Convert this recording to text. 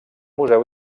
museu